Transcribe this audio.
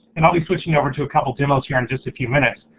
and i'll be switching over to a couple demos here in just a few minutes,